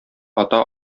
ата